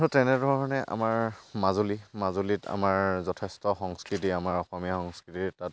তো তেনেধৰণে আমাৰ মাজুলী মাজুলীত আমাৰ যথেষ্ট সংস্কৃতি আমাৰ অসমীয়া সংস্কৃতি তাত